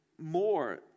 More